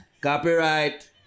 Copyright